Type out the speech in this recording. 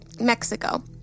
Mexico